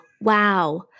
Wow